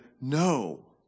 No